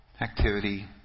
activity